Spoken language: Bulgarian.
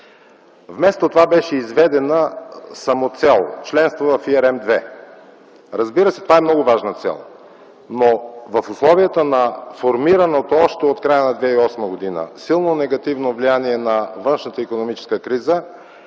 Вместо това беше изведено в самоцел членството в ERM 2. Разбира се, това е много важна цел, но в условията на формираното още от края на 2008 г. силно негативно влияние на външната икономическа криза,